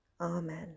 Amen